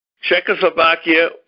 Czechoslovakia